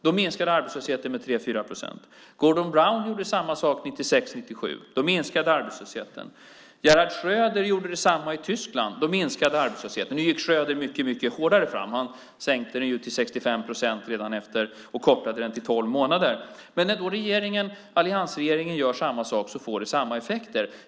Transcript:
Då minskade arbetslösheten med 3-4 procent. Gordon Brown gjorde samma sak 1996-1997. Då minskade arbetslösheten. Gerhard Schröder gjorde detsamma i Tyskland. Då minskade arbetslösheten. Nu gick Schröder mycket hårdare fram. Han sänkte den ju till 65 procent och kopplade den till tolv månader. När alliansregeringen gör samma sak får det samma effekter.